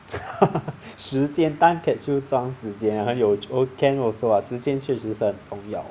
时间 time capsule 装时间很有 can also ah 时间确实是很重要